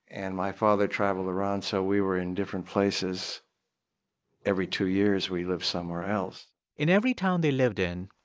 and my father traveled around, so we were in different places every two years, we lived somewhere else in every town they lived in,